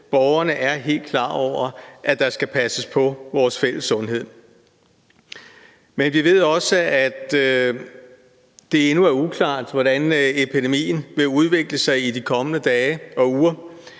Borgerne er helt klar over, at der skal passes på vores fælles sundhed. Men vi ved også, at det endnu er uklart, hvordan epidemien vil udvikle sig i de kommende dage og uger.